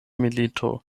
milito